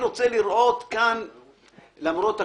למרות הכול,